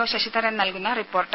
O Sasidharan നൽകുന്ന report